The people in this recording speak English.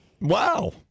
Wow